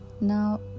Now